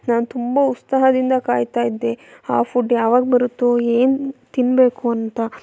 ನಾನು ತುಂಬ ಉತ್ಸಾಹದಿಂದ ಕಾಯ್ತಾಯಿದ್ದೆ ಆ ಫುಡ್ ಯಾವಾಗ ಬರುತ್ತೋ ಏನು ತಿನ್ನಬೇಕು ಅಂತ